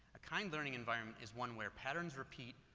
a kind learning environment is one where patterns repeat,